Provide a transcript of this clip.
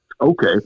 Okay